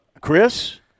Chris